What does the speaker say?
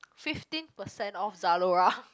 fifteen percent off Zalora